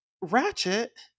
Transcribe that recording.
ratchet